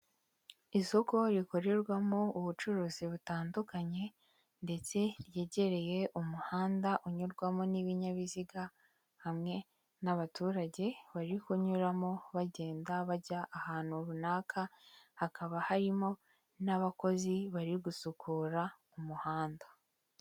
Isoko rikorerwamo ubucuruzi butandukanye, ndetse ryegereye umuhanda unyurwamo n'ibinyabiziga, hamwe n'abaturage bari kunyuramo bagenda bajya ahantu runaka, hakaba harimo n'abakozi bari gusukura umuhanda.